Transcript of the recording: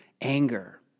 anger